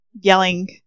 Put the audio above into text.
yelling